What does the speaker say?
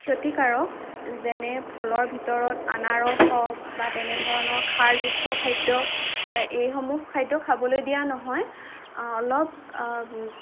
ক্ষতিকাৰক যেনে ফলৰ ভিতৰত আনাৰস হওক বা তেনেধৰণৰ খাৰযুক্ত খাদ্য এইসমূহ খাদ্য খাবলৈ দিয়া নহয় অলপ